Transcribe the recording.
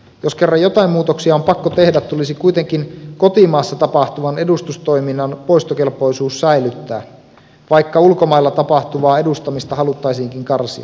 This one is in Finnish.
jos kerran jotain muutoksia on pakko tehdä tulisi kuitenkin kotimaassa tapahtuvan edustustoiminnan poistokelpoisuus säilyttää vaikka ulkomailla tapahtuvaa edustamista haluttaisiinkin karsia